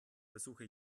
versuche